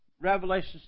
Revelation